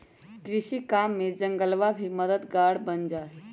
कृषि काम में जंगलवा भी मददगार बन जाहई